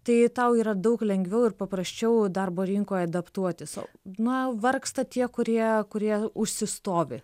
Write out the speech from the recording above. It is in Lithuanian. tai tau yra daug lengviau ir paprasčiau darbo rinkoje adaptuotis o na vargsta tie kurie kurie užsistovi